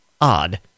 odd